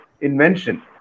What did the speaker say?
invention